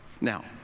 Now